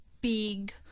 big